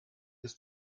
ist